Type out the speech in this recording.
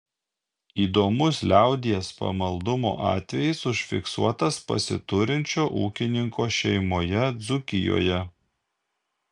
įdomus liaudies pamaldumo atvejis užfiksuotas pasiturinčio ūkininko šeimoje dzūkijoje